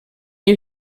you